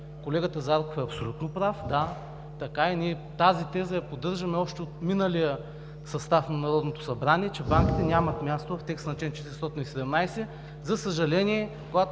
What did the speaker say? колегата Зарков е абсолютно прав – да, така е. Тази теза я поддържаме още от миналия състав на Народното събрание – че банките нямат място в текста на чл. 417. За съжаление, когато